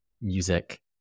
music